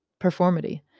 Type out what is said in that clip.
performity